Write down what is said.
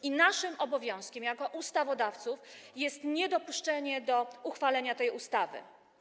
I naszym obowiązkiem jako ustawodawców jest niedopuszczenie do uchwalenia tej ustawy.